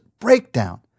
breakdown